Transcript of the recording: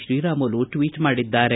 Sriramulu tweet ಮಾಡಿದ್ದಾರೆ